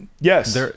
Yes